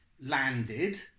landed